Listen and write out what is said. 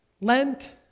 Lent